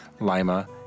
Lima